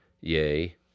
Yea